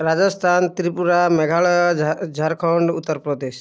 Rajasthan Tripura Meghalaya Jharkhand ଉତ୍ତରପ୍ରଦେଶ୍